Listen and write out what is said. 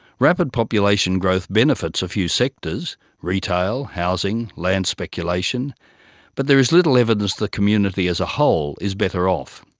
rapid population growth benefits a few sectors retail, housing, land speculation but there is little evidence the community as a whole is better off.